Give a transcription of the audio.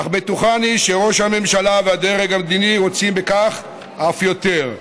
אך בטוחני שראש הממשלה והדרג המדיני רוצים בכך אף יותר.